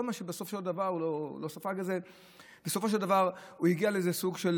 כל מה שנתנו לו, בסופו של דבר הוא לא ספג את זה.